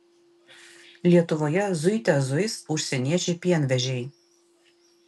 lietuvoje zuite zuis užsieniečiai pienvežiai